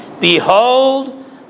behold